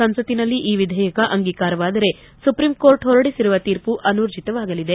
ಸಂಸತ್ತಿನಲ್ಲಿ ಈ ವಿಧೇಯಕ ಅಂಗೀಕಾರವಾದರೆ ಸುಪ್ರೀಂ ಕೋರ್ಟ್ ಹೊರಡಿಸಿರುವ ತೀರ್ಪು ಅನೂರ್ಜೆತವಾಗಲಿದೆ